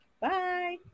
Bye